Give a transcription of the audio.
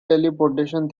teleportation